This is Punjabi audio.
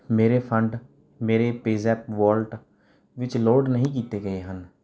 ਮੇਰੇ ਫੰਡ ਮੇਰੇ ਪੇਅਜ਼ੈਪ ਵਾਲਟ ਵਿੱਚ ਲੋਡ ਨਹੀਂ ਕੀਤੇ ਗਏ ਹਨ